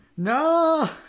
No